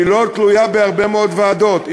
היא לא תלויה בהרבה מאוד ועדות,